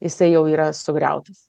jisai jau yra sugriautas